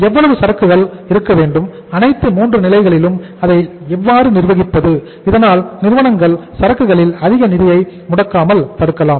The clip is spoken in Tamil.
எவ்வளவு சரக்குகளை இருக்க வேண்டும் அனைத்து 3 நிலைகளிலும் அதை எவ்வாறு நிர்வகிப்பது இதனால் நிறுவனங்கள் சரக்குகளில் அதிக நிதியை முடக்காமல் தடுக்கலாம்